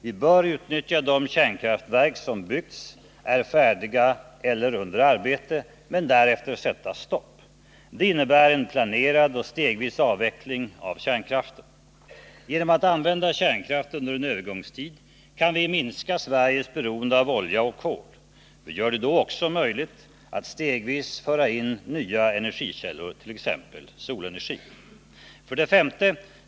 Vi bör utnyttja de kärnkraftverk som byggts, är färdiga eller under arbete, men därefter sätta stopp. Det innebär en planerad och stegvis avveckling av kärnkraften. Genom att använda kärnkraft under en övergångstid kan vi minska Sveriges beroende av olja och kol. Vi gör det då också möjligt att stegvis föra in nya energikällor, t.ex. solenergi. 5.